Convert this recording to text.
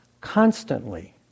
constantly